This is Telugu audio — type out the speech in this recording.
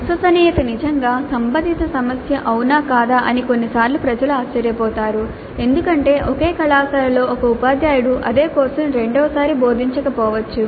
విశ్వసనీయత నిజంగా సంబంధిత సమస్య అవునా కాదా అని కొన్నిసార్లు ప్రజలు ఆశ్చర్యపోతారు ఎందుకంటే ఒకే కళాశాలలో ఒక ఉపాధ్యాయుడు అదే కోర్సును రెండవసారి బోధించకపోవచ్చు